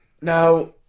Now